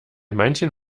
manchen